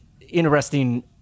interesting